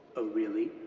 oh, really,